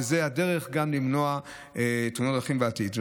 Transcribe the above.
וזו הדרך גם למנוע תאונות דרכים בעתיד.